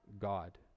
God